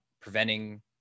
preventing